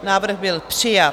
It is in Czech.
Návrh byl přijat.